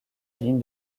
ligne